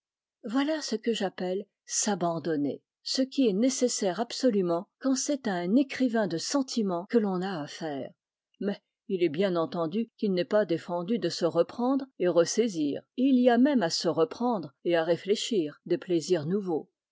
voilà ce que j'appelle s'abandonner ce qui est nécessaire absolument quand c'est à un écrivain de sentiment que l'on a affaire mais il est bien entendu qu'il n'est pas défendu de se reprendre et ressaisir et il y a même à se reprendre et à réfléchir des plaisirs nouveaux